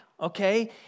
okay